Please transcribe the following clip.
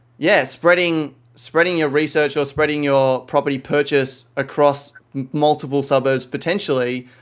yeah spreading spreading your research or spreading your property purchase across multiple suburbs potentially,